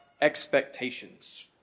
expectations